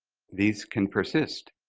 this can persist